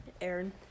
Aaron